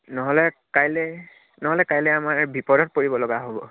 নহ'লে কাইলৈ নহ'লে কাইলৈ আমাৰ বিপদত পৰিব লগা হ'ব